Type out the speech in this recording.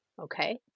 Okay